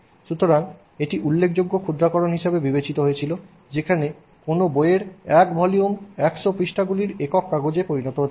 সুতরাং এটি উল্লেখযোগ্য ক্ষুদ্রাকরণ হিসাবে বিবেচিত হয়েছিল যেখানে কোনও বইয়ের 1 ভলিউম 100 পৃষ্ঠাগুলির একক কাগজের কাগজে পরিণত হতে পারে